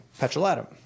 petrolatum